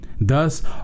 Thus